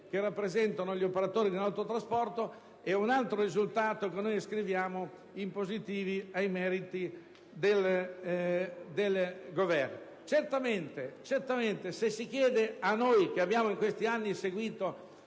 che rappresentano gli operatori dell'autotrasporto: è un altro risultato che noi ascriviamo in positivo ai meriti del Governo. Certamente, se si chiede a noi, che abbiamo in questi anni seguito